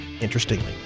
interestingly